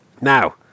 Now